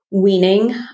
weaning